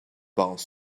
parents